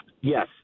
Yes